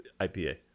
IPA